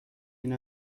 این